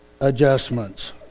adjustments